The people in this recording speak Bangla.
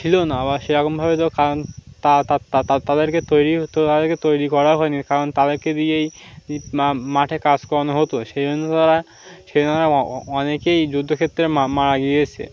ছিল না বা সেরকমভাবে তো কারণ তা তাদেরকে তৈরি তাদেরকে তৈরি করা হয়নি কারণ তাদেরকে দিয়েই মাঠে কাজ করানো হতো সেই জন্য তারা সেই জন্য অনেকেই যুদ্ধক্ষেত্রে মারা গিয়েছে